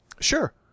Sure